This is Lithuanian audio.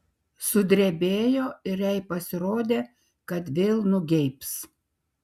sudrebėjo ir jai pasirodė kad vėl nugeibs